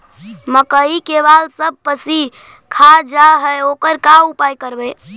मकइ के बाल सब पशी खा जा है ओकर का उपाय करबै?